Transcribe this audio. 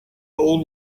old